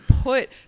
put